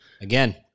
again